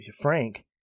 Frank